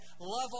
love